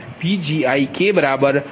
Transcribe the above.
0008આપવામા આવ્યુ છે